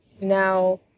now